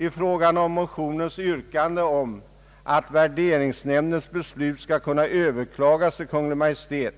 I fråga om motionens yrkande om att värderingsnämndens beslut skall kunna överklagas hos Kungl. Maj:t,